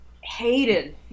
hated